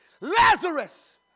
Lazarus